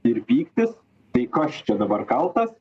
ir pyktis tai kas čia dabar kaltas